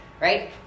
right